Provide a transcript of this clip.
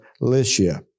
Lycia